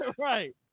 right